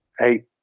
eight